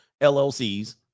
LLCs